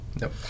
Nope